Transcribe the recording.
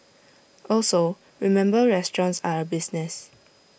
also remember restaurants are A business